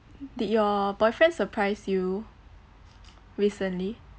did your boyfriend surprise you recently